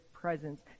presence